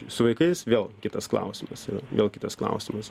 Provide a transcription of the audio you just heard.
su vaikais vėl kitas klausimas vėl kitas klausimas